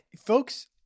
folks